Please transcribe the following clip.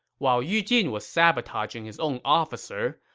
while yu jin was sabotaging his own officer,